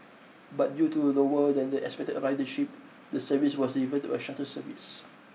but due to lower than expected ridership the service was reverted to a shuttle service